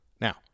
Now